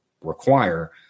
require